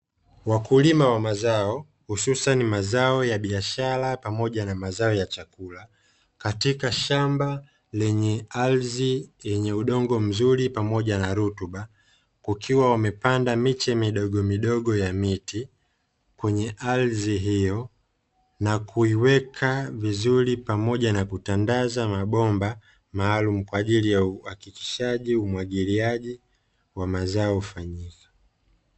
Wakulima wa mazao hususa ni mazao ya biashara pamoja na mazao ya chakula katika shamba lenye ardhi yenye udongo mzuri pamoja na rutuba, kukiwa wamepanda miche midogomidogo ya miti kwenye ardhi hiyo na kuiweka vizuri pamoja na kutandaza mabomba maalumu, kwa ajili ya uhakikishaji umwagiliaji wa mazao ufanyike.